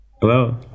Hello